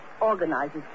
Organizes